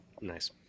nice